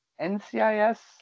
NCIS